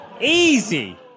Easy